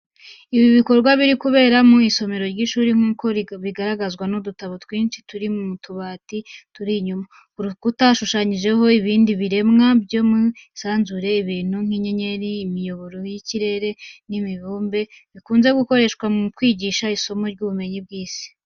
Ibi bikorwa biri kubera mu isomero ry’ishuri nk’uko bigaragazwa n’udutabo twinshi turi mu tubati turi inyuma. Ku rukuta hashushanyijeho ibindi biremwa byo mu isanzure, ibintu nk’inyenyeri, imiyoboro y’ikirere n’imibumbe, bikunze gukoreshwa mu kwigisha isomo ry'ubumenyi bw'isi.